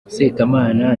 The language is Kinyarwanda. sekamana